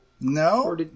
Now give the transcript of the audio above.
No